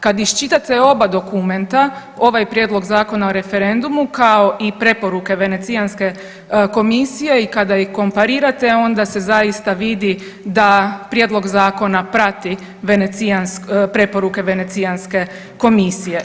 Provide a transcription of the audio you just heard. Kad iščitate oba dokumenta, ovaj Prijedlog Zakona o referendumu kao i preporuke Venecijanske komisije i kada ih komparirate onda se zaista vidi da prijedlog zakona prati preporuke Venecijanske komisije.